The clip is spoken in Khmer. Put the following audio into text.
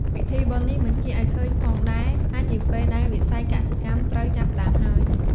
ពិធីបុណ្យនេះបញ្ជាក់ឪ្យឃើញផងដែលថាជាពេលដែលវិស័យកសិកម្មត្រូវចាប់ផ្ដើមហើយ ។